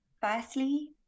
Firstly